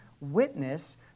witness